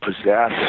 possess